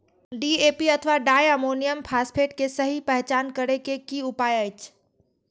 DAP अथवा di ammonium phosphate के सहि पहचान करे के कि उपाय अछि?